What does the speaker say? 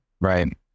right